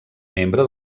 membre